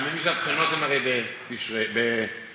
אני מבין שהבחינות הן הרי בתשרי, בינואר.